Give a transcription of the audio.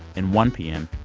and one p m.